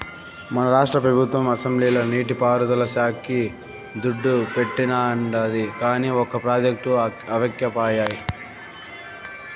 మన రాష్ట్ర పెబుత్వం అసెంబ్లీల నీటి పారుదల శాక్కి దుడ్డు పెట్టానండాది, కానీ ఒక ప్రాజెక్టు అవ్యకపాయె